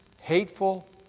hateful